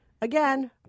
again